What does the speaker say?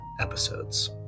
episodes